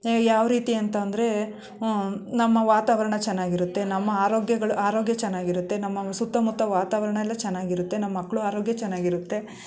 ಯಾವ ರೀತಿ ಅಂತ ಅಂದರೆ ನಮ್ಮ ವಾತಾವರಣ ಚೆನ್ನಾಗಿರುತ್ತೆ ನಮ್ಮ ಆರೋಗ್ಯಗಳು ಆರೋಗ್ಯ ಚೆನ್ನಾಗಿರುತ್ತೆ ನಮ್ಮ ಸುತ್ತಮುತ್ತ ವಾತಾವರಣ ಎಲ್ಲ ಚೆನ್ನಾಗಿರುತ್ತೆ ನಮ್ಮ ಮಕ್ಕಳು ಆರೋಗ್ಯ ಚೆನ್ನಾಗಿರುತ್ತೆ